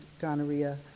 gonorrhea